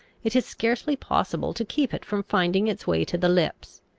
it is scarcely possible to keep it from finding its way to the lips.